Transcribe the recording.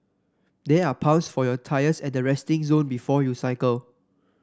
there are pumps for your tyres at the resting zone before you cycle